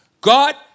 God